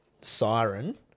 siren